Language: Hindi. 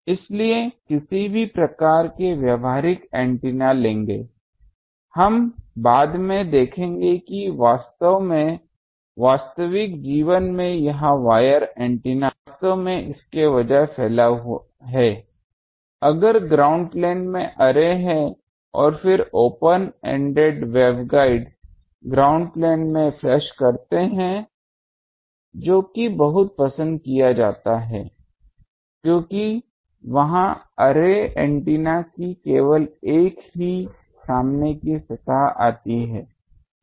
इसलिए किसी भी प्रकार के व्यावहारिक एंटीना लेंगे हम बाद में देखेंगे कि वास्तव में वास्तविक जीवन में यह वायर एंटीना वास्तव में इसके बजाय फैला हुआ है अगर ग्राउंड प्लेन में अर्रे है और फिर open ended waveguides ground plane में फ्लश करते हैं जो कि बहुत पसंद किया जाता है क्योंकि वहांअर्रे एंटीना की केवल एक ही सामने की सतह आती है